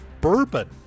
bourbon